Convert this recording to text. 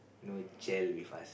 know gel with us